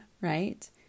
right